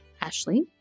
Ashley